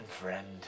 friend